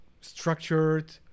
structured